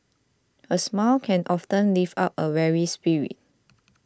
a smile can often lift up a weary spirit